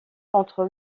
contre